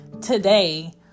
today